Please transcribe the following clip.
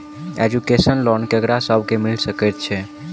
Education loan ककरा सब केँ मिल सकैत छै?